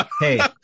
hey